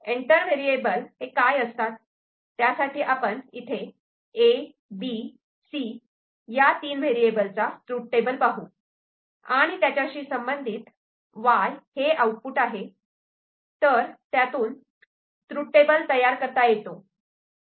तर enter variable हे काय असतात त्यासाठी आपण A B C या तीन व्हेरिएबल चा ट्रूथ टेबल पाहू आणि त्याच्याशी संबंधित Y हे आउटपुट आहे तर त्यातून ट्रूथ टेबल तयार करता येतो